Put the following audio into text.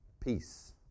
peace